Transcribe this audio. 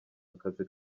akazi